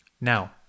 Now